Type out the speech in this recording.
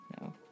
No